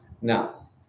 Now